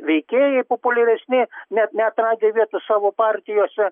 veikėjai populiaresni net neatradę vietos savo partijose